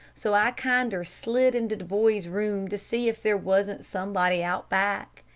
so i kinder slid into the boy's room to see if there wasn't somebody out back.